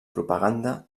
propaganda